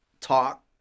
talk